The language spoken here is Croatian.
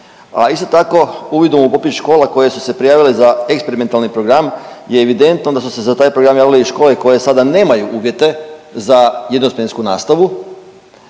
isto tako uvidom u popis škola koje su se prijavile za eksperimentalni program je evidentno da su se za taj program javile i škole koje sada nemaju uvjete za jednosmjensku nastavu,